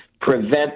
prevent